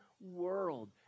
world